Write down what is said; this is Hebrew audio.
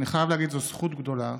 אני חייב להגיד, זו זכות גדולה.